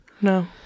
no